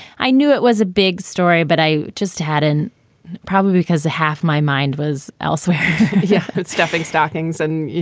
i knew it was a big story, but i just had an probably because half my mind was elsewhere yeah stuffing stockings and.